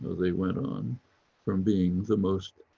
they went on from being the most,